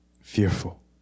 fearful